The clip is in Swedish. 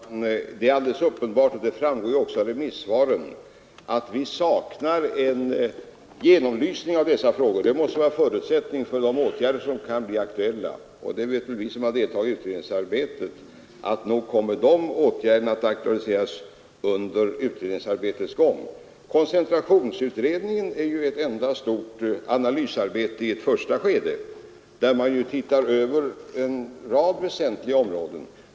Herr talman! Det är alldeles uppenbart, och det framgår också av remissvaren, att vi saknar en genomlysning av dessa frågor. Det måste vara förutsättningen för de åtgärder som kan bli aktuella. Och vi som har deltagit i utredningsarbetet vet att nog kommer de åtgärderna att aktualiseras under arbetets gång. Koncentrationsutredningen är ju ett enda stort analysarbete i ett första skede, där man ser över en rad väsentliga områden.